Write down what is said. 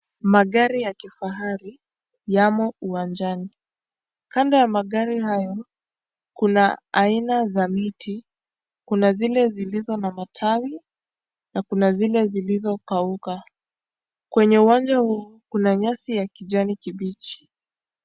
Magari ya kifahari yamo uwanjani, kando ya magari hayo kuna aina za miti kuna zile zilizo na matawi na kuna zile zilizo kauka kwenye uwanja huu kuna nyasi ya kijani kibichi.